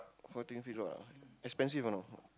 how do you feel ah expensive or not